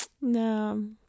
No